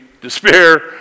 despair